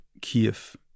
Kiev